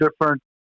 different